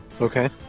Okay